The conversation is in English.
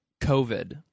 COVID